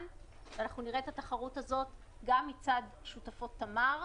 ואנחנו נראה את התחרות הזאת גם מצד שותפות תמר.